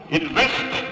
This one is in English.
invest